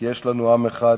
כי יש לנו עם אחד,